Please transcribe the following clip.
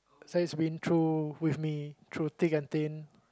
Zaid has been through with me through thick and thin